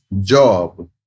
job